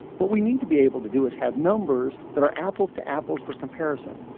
what we need to be able to do is have numbers that are apples to apples for comparison.